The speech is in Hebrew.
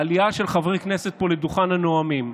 העלייה של חברי כנסת פה לדוכן הנואמים,